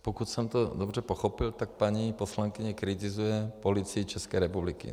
Pokud jsem to dobře pochopil, tak paní poslankyně kritizuje Policii České republiky.